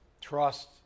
Trust